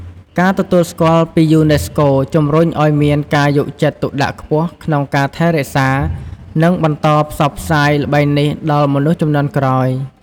ការទទួលស្គាល់ពីយូណេស្កូ ជំរុញឱ្យមានការយកចិត្តទុកដាក់ខ្ពស់ក្នុងការថែរក្សា និងបន្តផ្សព្វផ្សាយល្បែងនេះដល់មនុស្សជំនាន់ក្រោយ។